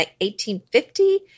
1850